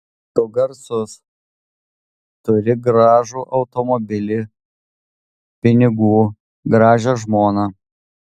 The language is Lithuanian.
tu garsus turi gražų automobilį pinigų gražią žmoną